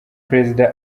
perezida